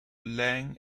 lang